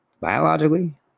biologically